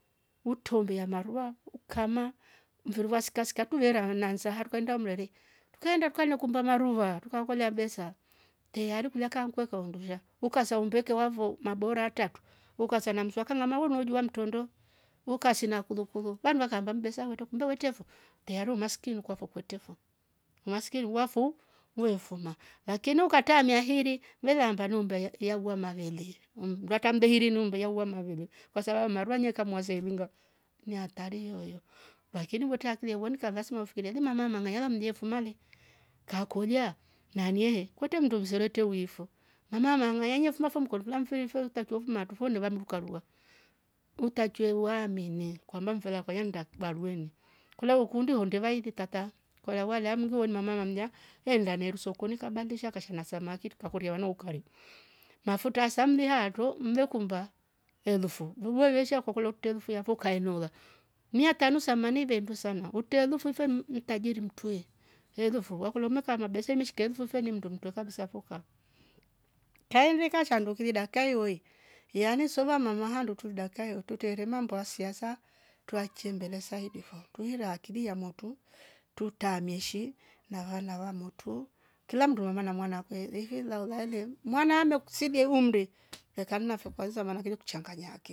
Utombia marua ukama mviruwa sikasika tuvera hanansa tukaenda mrere tukaenda tukana maruva tukaokolia besa teyari kula kwa nkweko hundusha ukasa humbeke wavo mabora tatu ukanasa mswak kanga mawejua ntondo ukasi na kulukulu vandwa kanga mbesa wete kumba wetiavo tayari umaskini kwavo kwetefo umaskini wafo weufuma, lakini ukatamia hiri velamba naumbaya yagwa mavende mhh ngwata mdehi numbe yauwa mavere kwasara marua nye kamuwaze irunga ni hatari yoyo lakini wota aklia woni kava simafikilia ni mamanga managa ye mjefumale kakolia naniye kwete mndu mserete uyifo mama mangayanya fuma fum kontula mfinsho utatu uvumatufo neva mruka ruwa. Utachwe wamenene kwamba mfela kwa yanda varuwene kulo uukundi wonde vaili tata kola wala muluo ni mama mamja he nganeru soko ni kabandisha kasha na samaki tukakoria wana ukari, mafuta ya samle hato mlokumba elfu vuwo weisha kukolo kute mfia vu kaenola mia tano samni vendu sana utele fufum mm- mtajiri mtuye elufu wako mmeka mabesani shike elfu feni mndu mntwe kabisa foka. Kaeveka shandu kilida kae hiwo yane sova mama handu turuduka yao tutere mambo ya siasa twa kimbele saidi fo twira akili ya motu turta meshi na wanava motu kila mndu wama na mwana ehh veishi laulale mwana amekusilia umde heka mnafo kwanza manakeve kuchanganya akili